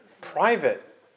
private